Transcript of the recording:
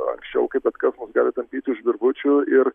anksčiau kai betkas mus gali tampyti už virvučių ir